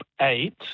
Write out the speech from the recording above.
eight